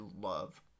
love